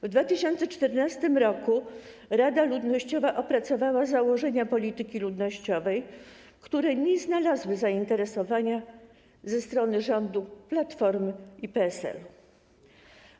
W 2014 r. Rządowa Rada Ludnościowa opracowała założenia polityki ludnościowej, które nie znalazły zainteresowania ze strony rządu Platformy i PSL-u.